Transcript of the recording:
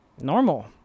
normal